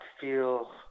feel